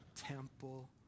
Temple